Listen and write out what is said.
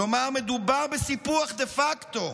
כלומר, מדובר בסיפוח דה פקטו,